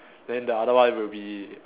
then the other one will be